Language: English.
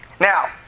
Now